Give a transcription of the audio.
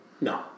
No